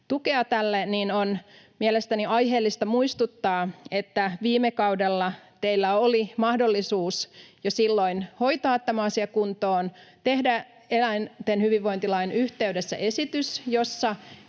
tukea tälle, niin on mielestäni aiheellista muistuttaa, että jo viime kaudella teillä oli mahdollisuus hoitaa tämä asia kuntoon, tehdä eläinten hyvinvointilain yhteydessä esitys, jossa